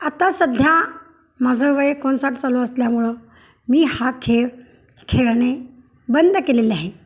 आता सध्या माझं वय एकोणसाठ चालू असल्यामुळं मी हा खेळ खेळणे बंद केलेले आहे